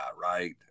right